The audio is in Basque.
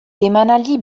emanaldi